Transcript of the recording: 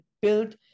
built